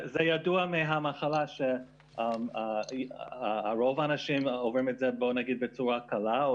ידוע מהמחלה שהרוב עוברים אותה בצורה קלה,